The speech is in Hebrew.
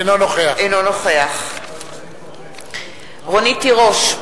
אינו נוכח רונית תירוש,